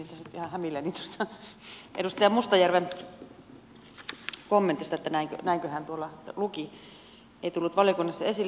menin tässä nyt ihan hämilleni tuosta edustaja mustajärven kommentista että näinköhän tuolla luki ei tullut valiokunnassa esille